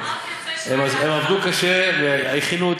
הם עבדו קשה והכינו,